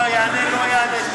מה יענה, לא יענה.